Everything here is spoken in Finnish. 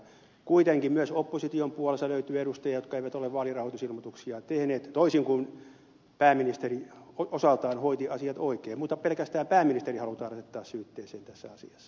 kuitenkin myös opposition puolelta löytyy edustajia jotka eivät ole vaalirahoitusilmoituksia tehneet toisin kuin pääministeri osaltaan hoiti asiat oikein mutta pelkästään pääministeri halutaan asettaa syytteeseen tässä asiassa